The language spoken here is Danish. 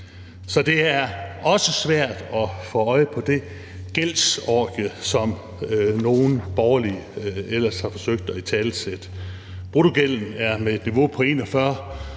Så det er også svært at få øje på det gældsorgie, som nogle borgerlige ellers har forsøgt at italesætte. Bruttogælden er med et niveau på 41